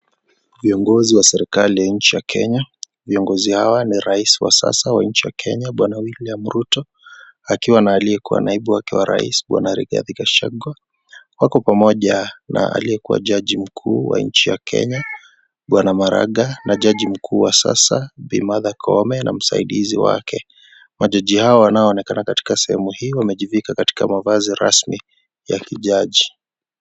Viongozi wa serikali nji ya Kenya, viongozi hawa ni Rais wa sasa wa nchi ya Kenya, Bwana William Ruto, akiwa na aliyekuwa naibu wake wa rais Bwana Rigathi Gachagua, wako pamoja na aliyekuwa jaji mkuu wa nji ya Kenya Bwana Maraga na jaji mkuu wa sasa Bi. Martha Koome na msaidizi wake. Majaji hao wanaonekana katika sehemu hii wamejipika katika mavazi rasmi ya vijaji.